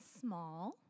small